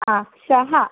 श्वः